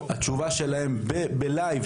התשובה שלהם בלייב,